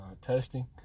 Testing